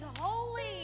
holy